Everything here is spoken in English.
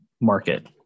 market